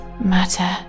matter